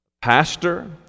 pastor